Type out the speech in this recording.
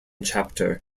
chapter